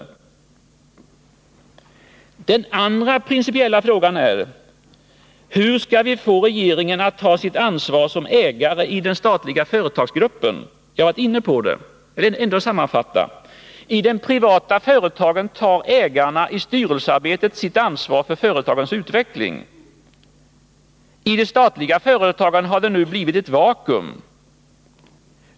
Den andra principiella frågan är: Hur skall vi få regeringen att ta sitt ansvar som ägare i den statliga företagsgruppen? Jag var inne på det tidigare men vill ändå nu sammanfatta. I de privata företagen tar ägarna i styrelsearbetet sitt ansvar för företagens utveckling. I de statliga företagen har det nu blivit ett vakuum.